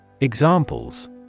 Examples